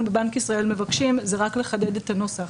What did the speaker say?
בבנק ישראל מבקשים זה רק לחדד את הנוסח